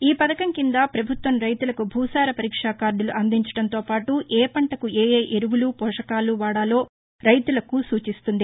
ఈ పధకం కింద పభుత్వం రైతులకు భూసార పరీక్షా కార్డులు అందించడంతోపాటు ఏ పంటకు ఏఏ ఎరువులు పోషకాలు వాడాలో రైతులకు సూచిస్తుంది